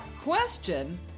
question